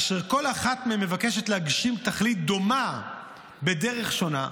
אשר כל אחת מהן מבקשת להגשים תכלית דומה בדרך שונה,